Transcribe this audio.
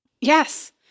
Yes